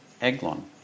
Eglon